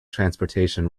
transportation